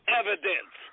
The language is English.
evidence